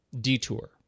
Detour